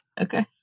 Okay